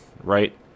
Right